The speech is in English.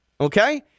Okay